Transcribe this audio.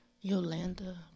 Yolanda